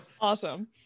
Awesome